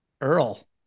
Earl